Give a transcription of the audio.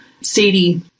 Sadie